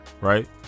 right